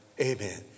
Amen